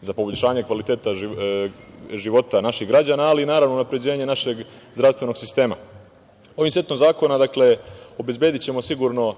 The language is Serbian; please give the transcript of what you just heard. za poboljšanje kvaliteta života naših građana, ali naravno i unapređenje našeg zdravstvenog sistema. Ovim setom zakona, dakle obezbedićemo sigurno